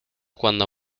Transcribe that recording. cuando